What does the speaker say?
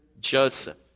Joseph